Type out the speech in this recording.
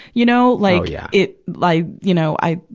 you know, like, yeah it, like, you know, i,